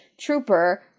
trooper